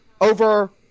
Over